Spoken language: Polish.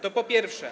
To po pierwsze.